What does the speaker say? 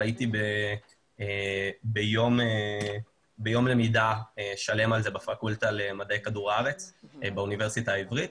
אבל הייתי ביום למידה שלם בפקולטה למדעי כדור הארץ באוניברסיטה העברית